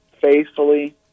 faithfully